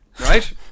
right